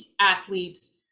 athletes